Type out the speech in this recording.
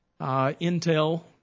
Intel